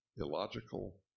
illogical